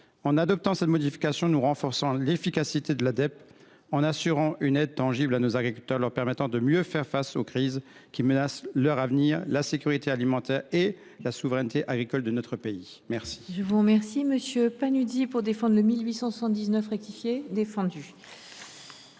En adoptant cette modification, nous renforcerons l’efficacité de la DEP, assurant ainsi une aide tangible à nos agriculteurs pour mieux faire face aux crises qui menacent leur avenir, la sécurité alimentaire et la souveraineté agricole de notre pays. La